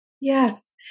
Yes